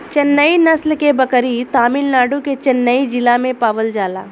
चेन्नई नस्ल के बकरी तमिलनाडु के चेन्नई जिला में पावल जाला